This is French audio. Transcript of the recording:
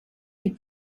est